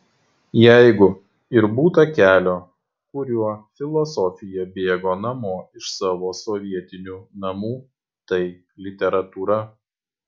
jeigu ir būta kelio kuriuo filosofija bėgo namo iš savo sovietinių namų tai literatūra